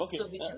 Okay